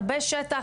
הרבה שטח,